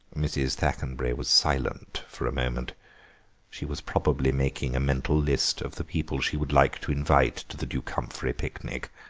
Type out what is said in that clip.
mrs. thackenbury was silent for a moment she was probably making a mental list of the people she would like to invite to the duke humphrey picnic.